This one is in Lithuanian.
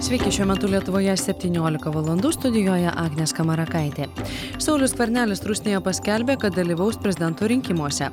sveiki šiuo metu lietuvoje septyniolika valandų studijuoja agnė skamarakaitė saulius skvernelis rusnėje paskelbė kad dalyvaus prezidento rinkimuose